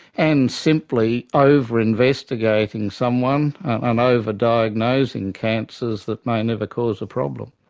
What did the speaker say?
and simply over-investigating someone, and over-diagnosing cancers that may never cause a problem.